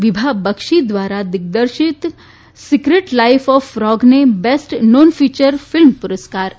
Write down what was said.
વિભા બક્ષી દ્વાર દિગદર્શિત secret life of ફોગને બેસ્ટ નોન ફિચર્સ ફિલ્મ પુરસ્કાર અપાશે